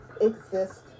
exist